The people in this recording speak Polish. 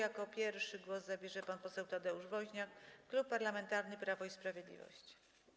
Jako pierwszy głos zabierze pan poseł Tadeusz Woźniak, Klub Parlamentarny Prawo i Sprawiedliwość.